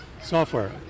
Software